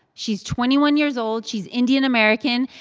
she's twenty one years old. she's indian-american.